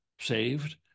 saved